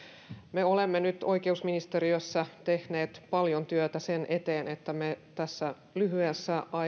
me olemme nyt oikeusministeriössä tehneet paljon työtä sen eteen että tässä lyhyessä